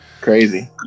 crazy